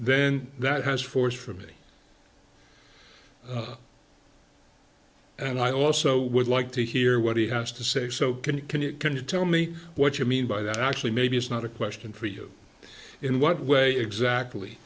then that has forced for me and i also would like to hear what he has to say so can you can you can you tell me what you mean by that actually maybe it's not a question for you in what way exactly